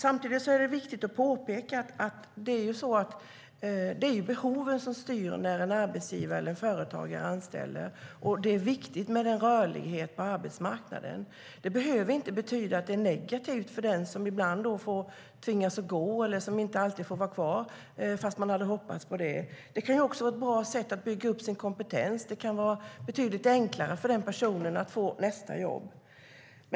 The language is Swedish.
Samtidigt är det viktigt att påpeka att det är behoven som styr när en arbetsgivare eller företagare anställer. Det är viktigt med en rörlighet på arbetsmarknaden. Det behöver inte betyda att det är negativt för den som ibland tvingas att gå eller som inte alltid får vara kvar fast man hade hoppats på det. Det kan också vara ett bra sätt att bygga upp sin kompetens. Det kan vara betydligt enklare för den personen att få nästa jobb.